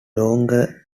longer